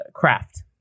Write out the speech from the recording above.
craft